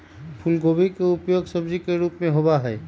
फूलगोभी के उपयोग सब्जी के रूप में होबा हई